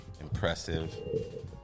impressive